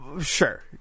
Sure